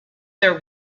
their